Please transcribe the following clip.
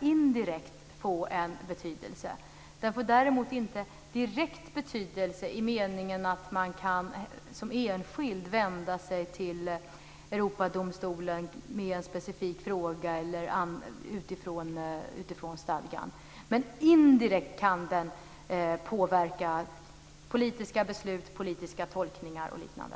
indirekt få en betydelse. Den får däremot inte direkt betydelse i meningen att man som enskild kan vända sig till Europadomstolen med en specifik fråga utifrån stadgan. Indirekt kan den dock påverka politiska beslut, politiska tolkningar och liknande.